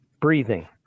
breathing